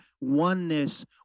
oneness